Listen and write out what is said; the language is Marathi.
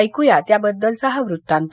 ऐकू या त्याबद्दलचा हा वृत्तांत